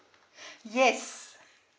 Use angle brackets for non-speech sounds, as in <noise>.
<breath> yes